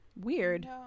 weird